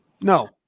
No